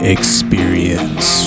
Experience